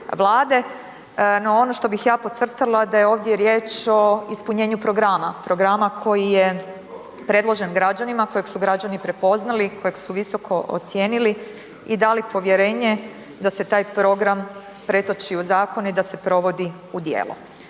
ono što bih ja podcrtala da je ovdje riječ o ispunjenju programa, programa koji je predložen građanima, kojeg su građani prepoznali, kojeg su visoko ocijenili i dali povjerenje da se taj program pretoči u zakon i da se provodi u djelo.